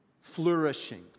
flourishing